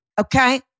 Okay